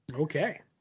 Okay